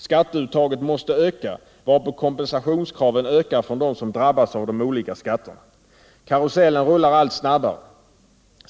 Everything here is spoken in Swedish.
Skatteuttaget måste öka, varpå kompensationskraven ökar från dem som drabbas av de olika skatterna. Karuseilen rullar allt snabbare.